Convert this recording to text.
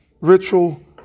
ritual